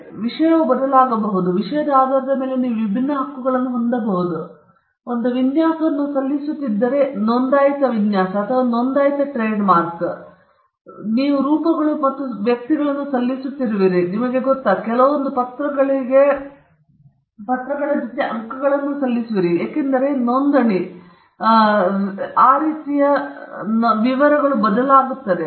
ಆದ್ದರಿಂದ ವಿಷಯವು ಬದಲಾಗಬಹುದು ಮತ್ತು ವಿಷಯದ ಆಧಾರದ ಮೇಲೆ ನೀವು ವಿಭಿನ್ನ ಹಕ್ಕುಗಳನ್ನು ಹೊಂದಬಹುದು ನೀವು ಒಂದು ವಿನ್ಯಾಸವನ್ನು ಸಲ್ಲಿಸುತ್ತಿದ್ದರೆ ನೋಂದಾಯಿತ ವಿನ್ಯಾಸ ಅಥವಾ ನೋಂದಾಯಿತ ಟ್ರೇಡ್ಮಾರ್ಕ್ ನೀವು ರೂಪಗಳು ಮತ್ತು ವ್ಯಕ್ತಿಗಳನ್ನು ಸಲ್ಲಿಸುತ್ತಿರುವಿರಿ ನಿಮಗೆ ಗೊತ್ತಾ ನೀವು ಕೆಲವೊಂದು ಪತ್ರಗಳನ್ನು ಕೆಲವು ಅಂಕಗಳೊಂದಿಗೆ ಸಲ್ಲಿಸುತ್ತಿರುವಿರಿ ಏಕೆಂದರೆ ನೋಂದಣಿ ರೀತಿಯ ನೋಂದಣಿ ವಿವರಗಳ ವಿವರ ಬದಲಾಗುತ್ತದೆ